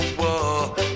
Whoa